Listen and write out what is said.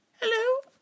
Hello